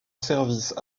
services